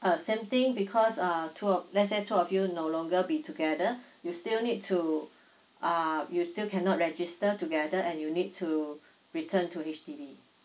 uh same thing because uh two of let's say two of you no longer be together you still need to uh you still cannot register together and you need to return to H_D_B